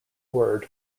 word